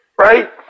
right